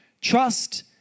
Trust